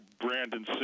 Brandon